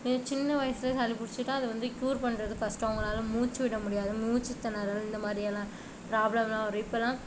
சின்ன வயசில் சளி பிடிச்சிட்டா அதை வந்து க்யுர் பண்ணுறது கஷ்டம் அவங்களால் மூச்சு விட முடியாது மூச்சு திணறல் இந்தமாதிரியான ப்ராப்லம்லாம் வரும் இப்போலாம்